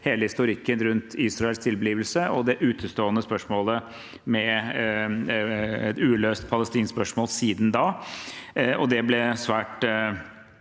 hele historikken rundt Israels tilblivelse og det utestående spørsmålet, et uløst Palestina-spørsmål siden da – og det ble svært